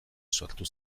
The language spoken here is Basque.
sortu